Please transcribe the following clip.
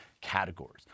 categories